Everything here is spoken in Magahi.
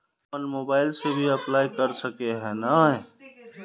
अपन मोबाईल से भी अप्लाई कर सके है नय?